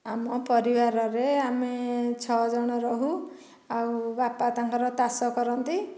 ଆମ ପରିବାରରେ ଆମେ ଛଅ ଜଣ ରହୁ ଆଉ ବାପା ତାଙ୍କର ଚାଷ କରନ୍ତି